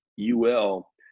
UL